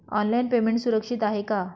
Online payment सुरक्षित आहे का?